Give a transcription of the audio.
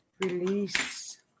release